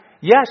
Yes